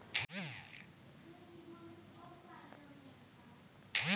कर देश भरि केर वस्तु आओर सामान पर लगाओल जाइत छै